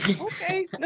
Okay